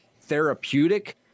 therapeutic